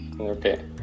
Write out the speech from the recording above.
Okay